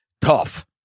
tough